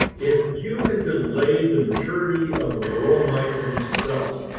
if you can delay the maturity of the varroa mite in the cell,